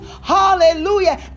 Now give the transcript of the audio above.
hallelujah